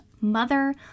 mother